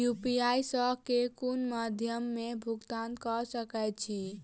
UPI सऽ केँ कुन मध्यमे मे भुगतान कऽ सकय छी?